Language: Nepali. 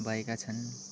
भएका छन्